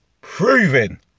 Proving